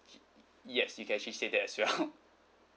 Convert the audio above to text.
yes you can actually say that as well